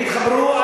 אם יתחברו,